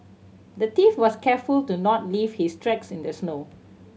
the thief was careful to not leave his tracks in the snow